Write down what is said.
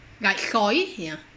like soy ya